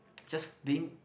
just being